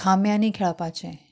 खाम्यांनी खेळपाचें